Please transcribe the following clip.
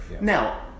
Now